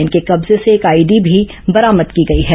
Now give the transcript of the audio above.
इनके कब्जे से एक आईईडी भी बरामद की गई है